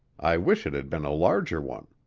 i wish it had been a larger one.